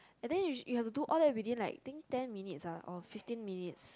and then usual you have to do all that within like I think ten minute lah or fifteen minutes